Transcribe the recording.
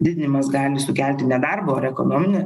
didinimas gali sukelti nedarbo ar ekonominę